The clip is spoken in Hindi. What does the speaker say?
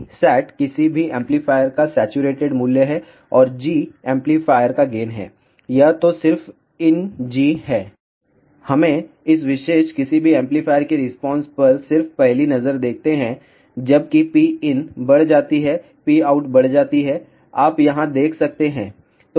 Psat किसी भी एम्पलीफायर का सैचुरेटेड मूल्य है और G एम्पलीफायर का गेन है यह तो सिर्फ ln G है हमें इस विशेष किसी भी एम्पलीफायर की रिस्पांस पर सिर्फ पहली नज़र देखते हैं जबकि Pin बढ़ जाती है Pout बढ़ जाती है आप यहाँ देख सकते हैं